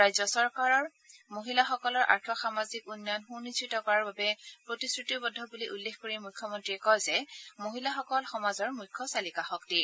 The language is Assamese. ৰাজ্য চৰকাৰ মহিলাসকলৰ আৰ্থ সামাজিক উন্নয়ন সুনিশ্চিত কৰাৰ বাবে প্ৰতিশ্ৰুতিবদ্ধ বুলি উল্লেখ কৰি মুখ্যমন্ত্ৰীয়ে কয় যে মহিলাসকল সমাজৰ মুখ্য চালিকা শক্তি